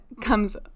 comes